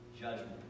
judgment